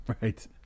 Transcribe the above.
right